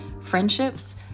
friendships